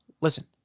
Listen